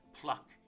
pluck